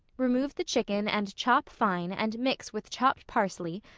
remove the chicken and chop fine and mix with chopped parsley,